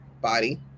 body